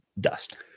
dust